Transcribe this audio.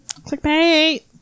Clickbait